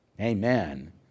amen